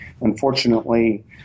unfortunately